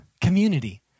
Community